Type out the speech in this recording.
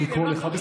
הוא